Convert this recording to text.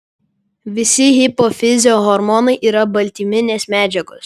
visi hipofizio hormonai yra baltyminės medžiagos